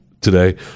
today